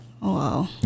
Wow